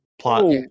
plot